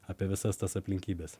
apie visas tas aplinkybes